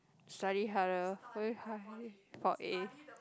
study harder for A